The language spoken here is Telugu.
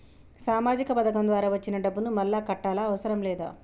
సామాజిక పథకం ద్వారా వచ్చిన డబ్బును మళ్ళా కట్టాలా అవసరం లేదా?